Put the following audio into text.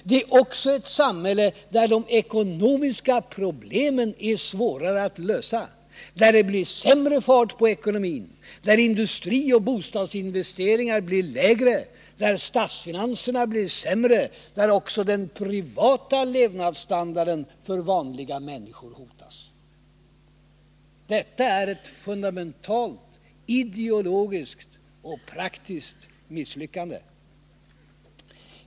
Det är också ett samhälle där de ekonomiska problemen är svårare att lösa, där det blir sämre fart på ekonomin, där industrioch bostadsinvesteringar blir lägre, där statsfinanserna blir sämre, där också den privata levnadsstandarden för vanliga människor hotas. Detta är ett fundamentalt ideologiskt och praktiskt misslyckande.